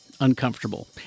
uncomfortable